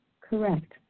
Correct